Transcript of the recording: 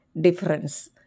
difference